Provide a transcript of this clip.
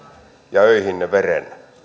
ja öihinne veren